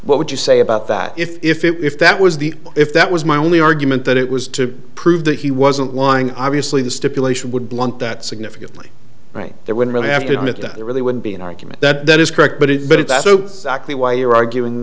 what would you say about that if if that was the if that was my only argument that it was to prove that he wasn't lying obviously the stipulation would blunt that significantly right there would really have to admit that it really would be an argument that is correct but it's but it's also actually why you're arguing